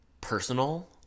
personal